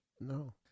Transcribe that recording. No